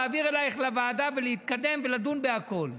להעביר אלייך לוועדה ולהתקדם ולדון בכל.